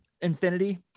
infinity